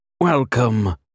Welcome